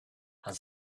and